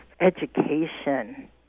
education